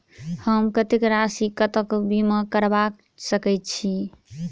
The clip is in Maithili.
हम कत्तेक राशि तकक बीमा करबा सकै छी?